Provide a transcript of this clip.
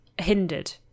hindered